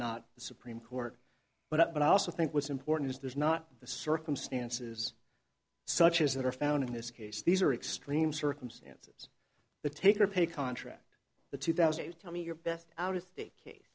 not the supreme court but i also think what's important is there's not the circumstances such as that are found in this case these are extreme circumstance the take or pay contract the two thousand you tell me your best out of the case